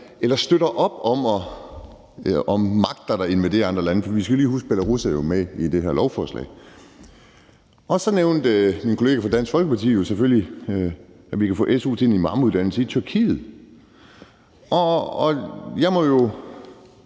eller støtter op om magter, der invaderer andre lande, for vi skal jo lige huske, at Belarus er med i det her lovforslag. Så nævnte min kollega fra Dansk Folkeparti selvfølgelig, at man kan få su til en imamuddannelse i Tyrkiet. Jeg er en